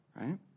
right